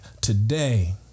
today